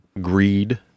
greed